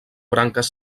branques